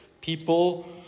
people